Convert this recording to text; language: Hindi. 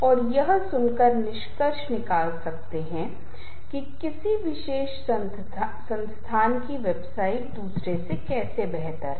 संगीत अलग अलग मौसमों से जुड़ा है दिन और रात के अलग अलग समय से जुड़ा है और आप पाते हैं कि अलग अलग त्योहारों में अलग अलग तरह के संगीत होते हैं